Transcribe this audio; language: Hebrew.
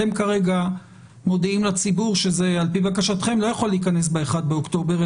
אתם כרגע מודיעים לציבור שעל פי בקשתכם זה לא יכול להיכנס ב-1 באוקטובר,